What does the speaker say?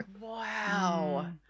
Wow